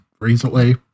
recently